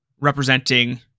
representing